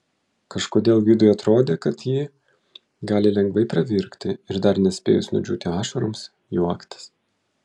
kažkodėl gvidui atrodė kad ji gali lengvai pravirkti ir dar nespėjus nudžiūti ašaroms juoktis